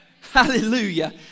Hallelujah